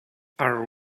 our